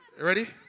Ready